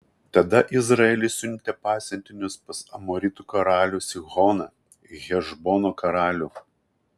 tada izraelis siuntė pasiuntinius pas amoritų karalių sihoną hešbono karalių